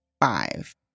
five